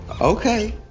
Okay